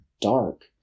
dark